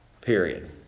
period